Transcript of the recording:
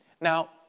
Now